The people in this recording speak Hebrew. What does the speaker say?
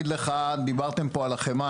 דיברתם פה על החמאה,